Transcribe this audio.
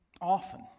often